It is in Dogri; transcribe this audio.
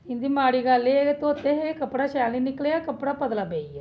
इंदी माड़ी गल्ल ऐ धोते हे कपड़ा शैल नीं निकलेआ ते पतला पेई गेआ